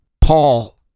Paul